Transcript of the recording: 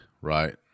right